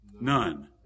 None